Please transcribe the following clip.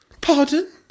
Pardon